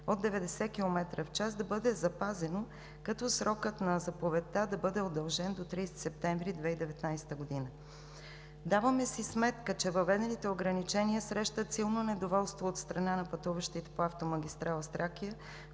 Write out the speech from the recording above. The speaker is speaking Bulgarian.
от 90 км в час да бъде запазено, като срокът на заповедта да бъде удължен до 30 септември 2019 г. Даваме си сметка, че въведените ограничения срещат силно недоволство от страна на пътуващите по автомагистрала „Тракия“